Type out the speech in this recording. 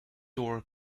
door